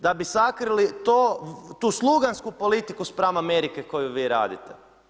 Da bi sakrili tu slugansku politiku spram Amerike koju vi radite.